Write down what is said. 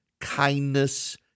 kindness